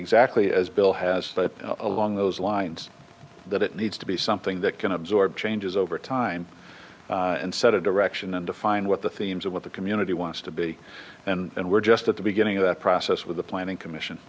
exactly as bill has but along those lines that it needs to be something that can absorb changes over time and set a direction and define what the themes of what the community wants to be and we're just at the beginning of that process with the planning commission